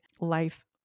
life